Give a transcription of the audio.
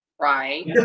right